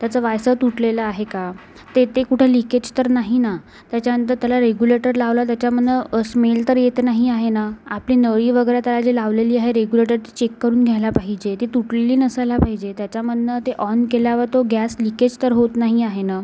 त्याचं वायसर तुटलेलं आहे का ते ते कुठे लिकेज तर नाही ना त्याच्यानंतर त्याला रेगुलेटर लावला त्याच्यामधून स्मेल तर येत नाही आहे ना आतली नळी वगैरे त्याला जी लावलेली आहे रेगुलेटर ते चेक करून घ्यायला पाहिजे ती तुटलेली नसायला पाहिजे त्याच्यामधनं ते ऑन केल्यावर तो गॅस लिकेज तर होत नाही आहे नं